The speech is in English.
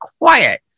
quiet